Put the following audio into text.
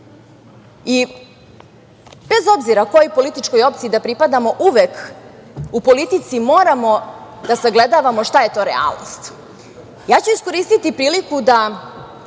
obzira kojoj političkoj opciji da pripadamo, uvek u politici moramo da sagledavamo šta je to realnost. Iskoristiću priliku da